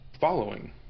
following